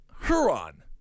Huron